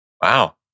Wow